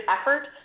effort